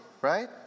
right